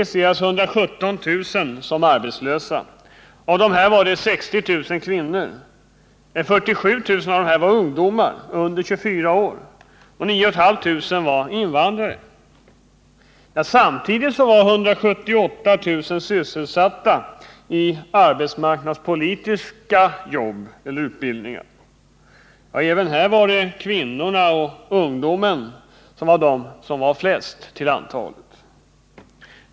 Samtidigt var 178000 sysselsatta i arbetsmarknadspolitiska jobb eller utbildningar. Även här var kvinnorna och ungdomen de som var flest till antalet.